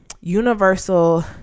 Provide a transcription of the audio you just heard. universal